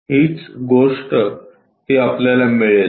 तर हीच गोष्ट ती आपल्याला मिळेल